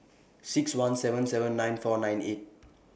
six one seven seven nine four nine eight